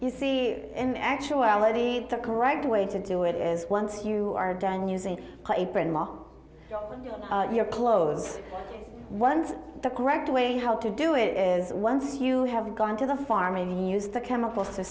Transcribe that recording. you see in actuality the correct way to do it is once you are done using paper in law your close ones the correct way how to do it is once you have gone to the farming use the chemical